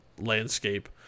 landscape